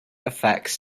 effects